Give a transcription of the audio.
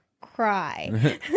cry